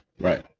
right